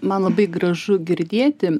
man labai gražu girdėti